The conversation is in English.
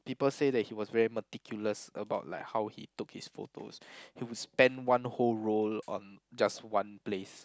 people said that he was very meticulous about like how he took his photos he will spend one whole roll on just one place